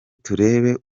turebe